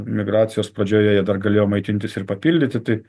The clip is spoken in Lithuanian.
migracijos pradžioje dar galėjo maitintis ir papildyti tai